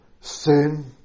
sin